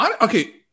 Okay